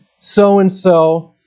so-and-so